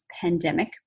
pandemic